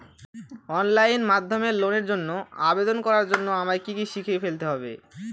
Online মাধ্যমে লোনের জন্য আবেদন করার জন্য আমায় কি কি শিখে ফেলতে হবে?